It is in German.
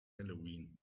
halloween